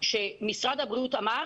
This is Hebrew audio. אמירה שמשרד הבריאות אמר: